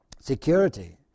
Security